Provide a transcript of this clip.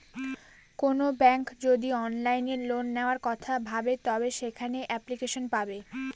কোনো ব্যাঙ্ক যদি অনলাইনে লোন নেওয়ার কথা ভাবে তবে সেখানে এপ্লিকেশন পাবে